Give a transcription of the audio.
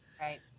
right